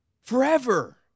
forever